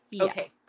Okay